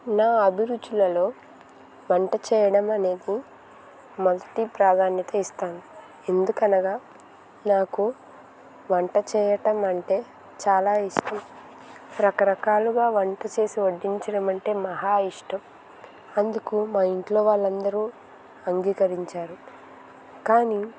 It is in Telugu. నా అభిరుచులలో వంట చేయడం అనేది మొదటి ప్రాధాన్యత ఇస్తాను ఎందుకనగా నాకు వంట చేయటం అంటే చాలా ఇష్టం రకరకాలుగా వంట చేసి వడ్డించడం అంటే మహా ఇష్టం అందుకు మా ఇంట్లో వాళ్ళందరూ అంగీకరించారు కానీ